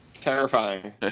Terrifying